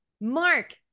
Mark